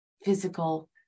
physical